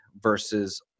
versus